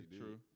true